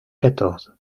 quatorze